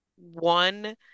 One